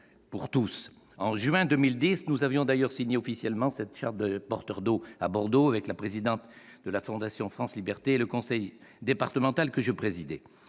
En juin 2010, nous avions d'ailleurs signé officiellement cette charte des porteurs d'eau à Bordeaux avec la présidente de la fondation France Libertés et le conseil départemental que je présidais.